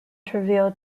trivial